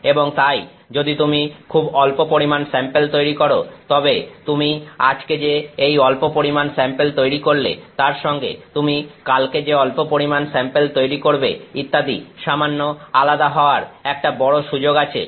এবং তাই যদি তুমি খুব অল্প পরিমাণ স্যাম্পেল তৈরি করো তবে তুমি আজকে যে এই অল্প পরিমাণ স্যাম্পেল তৈরি করলে তার সঙ্গে তুমি কালকে যে অল্প পরিমাণ স্যাম্পেল তৈরি করবে ইত্যাদি সামান্য আলাদা হওয়ার একটা বড় সুযোগ আছে